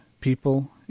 people